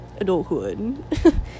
adulthood